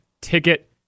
ticket